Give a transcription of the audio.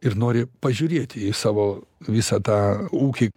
ir nori pažiūrėti į savo visą tą ūkį